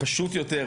פשוט יותר,